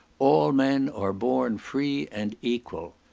all men are born free and equal.